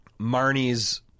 Marnie's